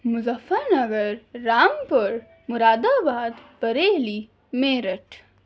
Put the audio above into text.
Muzaffar Nagar Rampur Moradabad Bareilly Meerut